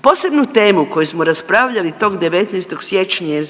Posebnu temu koju smo raspravljali tog 19. siječnja jer